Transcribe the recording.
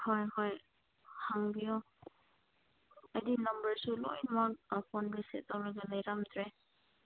ꯍꯣꯏ ꯍꯣꯏ ꯍꯪꯕꯤꯌꯣ ꯑꯩꯗꯤ ꯅꯝꯕꯔꯁꯨ ꯂꯣꯏꯅꯃꯛ ꯑꯥ ꯇꯧꯔꯒ ꯂꯩꯔꯝꯗ꯭ꯔꯦ